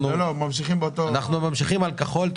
אנחנו ממשיכים לקרוא מן הנוסח הכחול,